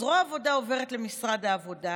אז זרוע העבודה עוברת למשרד העבודה,